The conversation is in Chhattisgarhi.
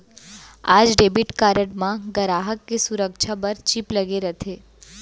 आज डेबिट कारड म गराहक के सुरक्छा बर चिप लगे रथे